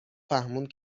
فهموند